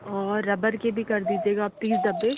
और रब्बर के भी कर दीजिएगा आप तीस डब्बे